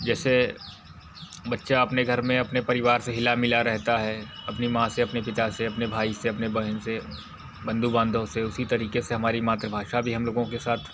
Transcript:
जैसे बच्चा अपने घर में अपने परिवार से हिला मिला रहता है अपनी माँ से अपने पिता से अपने भाई से अपने बहन से बंधु बांधव से उसी तरीके से हमारी मातृभाषा भी हम लोगों के साथ